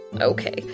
okay